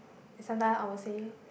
and sometimes I will say